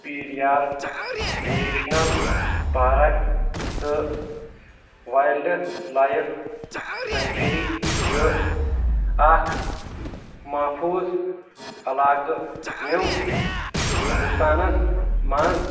Periyar national park تہٕ wildlife sanctuary چھِ اَکھ محفوٗظ عَلاقہٕ یِم ہِنٛدوستانس منٛز